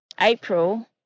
April